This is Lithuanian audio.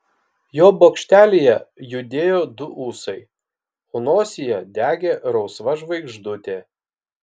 jo bokštelyje judėjo du ūsai o nosyje degė rausva žvaigždutė